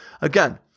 Again